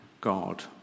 God